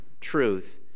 truth